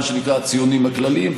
מה שנקרא הציונים הכלליים,